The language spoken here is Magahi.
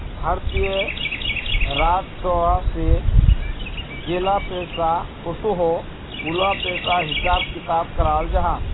भारतीय राजस्व से जेला पैसा ओसोह उला पिसार हिसाब किताब कराल जाहा